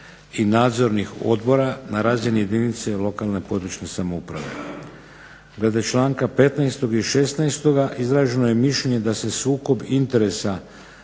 i nadzornih odbora na razini jedinice lokalne i područne samouprave. Glede članka 15. i 16. izraženo je mišljenje da se sukob interesa